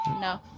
no